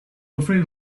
afraid